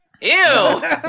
Ew